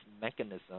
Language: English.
mechanism